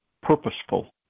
purposeful